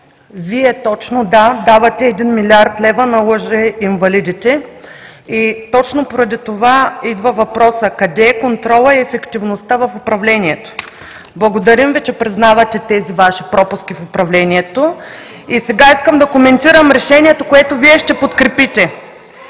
Вие точно: давате един милиард лева на лъжеинвалидите. И точно поради това идва въпросът: къде е контролът и ефективността в управлението? Благодарим Ви, че признавате тези Ваши пропуски в управлението. (Реплики от ОП.) И сега искам да коментирам решението, което Вие ще подкрепите.